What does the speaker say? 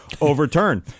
overturned